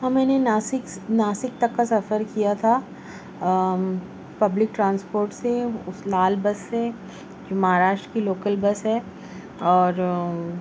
ہاں میں نے ناسک ناسک تک کا سفر کیا تھا پبلک ٹرانسپورٹ سے لال بس سے جو مہاراشٹر کی لوکل بس ہے اور